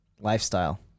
lifestyle